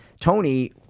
Tony